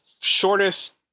shortest